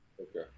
Okay